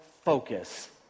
focus